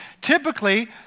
Typically